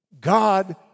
God